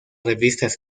revistas